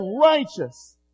righteous